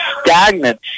stagnant